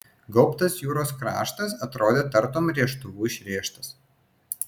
gaubtas jūros kraštas atrodė tartum rėžtuvu išrėžtas